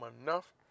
enough